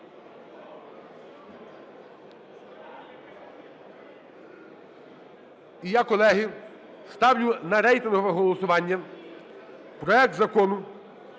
І я, колеги, ставлю на рейтингове голосування проект Закону